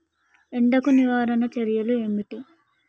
ఎండకు నివారణ చర్యలు ఏమిటి?